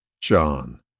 John